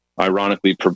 ironically